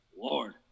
Lord